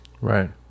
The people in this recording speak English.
Right